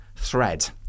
Thread